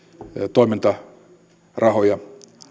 toimintarahoja